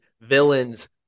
villains